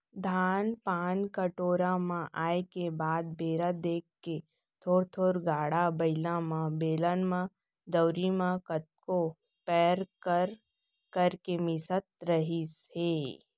धान पान कोठार म आए के बाद बेरा देख के थोर थोर गाड़ा बइला म, बेलन म, दउंरी म कतको पैर कर करके मिसत रहिस हे